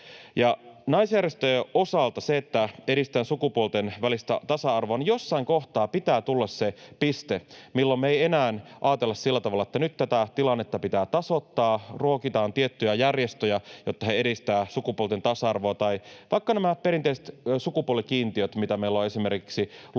Naisjärjestöjen osalta pitää sukupuolten välisen tasa-arvon edistämisessä tulla jossain kohtaa se piste, milloin me ei enää ajatella sillä tavalla, että nyt tätä tilannetta pitää tasoittaa, että ruokitaan tiettyjä järjestöjä, jotta he edistävät sukupuolten tasa-arvoa tai vaikka näitä perinteisiä sukupuolikiintiöitä, mitä meillä on esimerkiksi luottamuspaikoilla